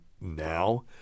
now